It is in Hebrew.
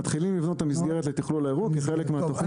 מתחילים לבנות את המסגרת לתכלול האירוע כחלק מהתוכנית הלאומית,